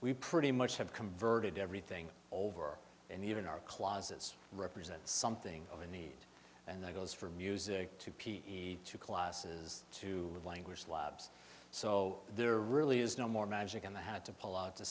we pretty much have converted everything over and even our closets represent something of a need and that goes from music to p to classes to language labs so there really is no more magic in the had to pull out to